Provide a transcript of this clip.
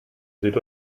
seht